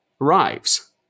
arrives